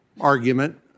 argument